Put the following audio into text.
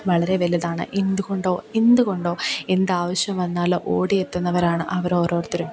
വളരെ വെലുതാണ് എന്ത്കൊണ്ടോ എന്ത്കൊണ്ടോ എന്താവശ്യം വന്നാലോ ഓടി എത്തുന്നവരാണ് അവരോരുത്തരും